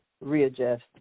readjust